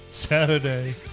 Saturday